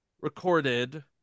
recorded